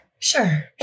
Sure